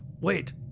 Wait